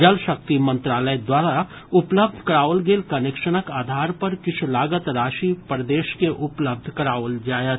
जल शक्ति मंत्रालय द्वारा उपलब्ध कराओल गेल कनेक्शनक आधार पर किछु लागत राशि प्रदेश के उपलब्ध कराओल जायत